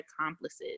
accomplices